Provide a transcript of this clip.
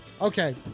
Okay